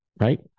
right